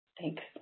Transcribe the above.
Thanks